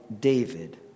David